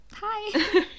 hi